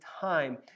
time